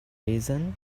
reason